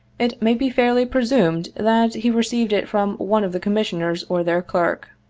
it may be fairly presumed that he received it from one of the commissioners or their clerk.